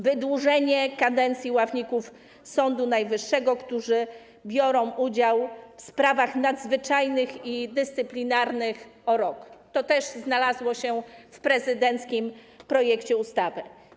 Wydłużenie kadencji ławników Sądu Najwyższego, którzy biorą udział w sprawach nadzwyczajnych i dyscyplinarnych, o rok - to też znalazło się w prezydenckim projekcie ustawy.